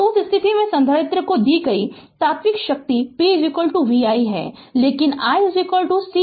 तो उस स्थिति में संधारित्र को दी गई यह तात्कालिक शक्ति p v i है लेकिन i c dvdt